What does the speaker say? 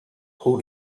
who